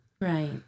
Right